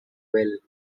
well